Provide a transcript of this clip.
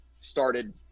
started